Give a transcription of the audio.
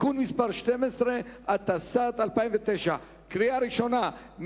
(תיקון מס' 12), התשס"ט 2009, בקריאה ראשונה.